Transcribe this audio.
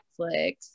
Netflix